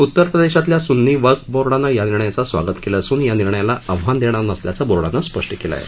उत्तरप्रदेशातील स्न्नी वक्फ बोर्डानं या निर्णयाचं स्वागत केलं असून या निर्णयाला आव्हान देणार नसल्याचं बोर्डानं स्पष्ट केलं आहे